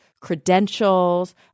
credentials